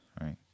Right